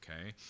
okay